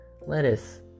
lettuce